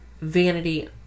vanity